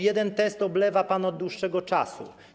Jeden test oblewa pan od dłuższego czasu.